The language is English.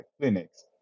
clinics